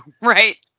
Right